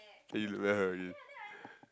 then you where her is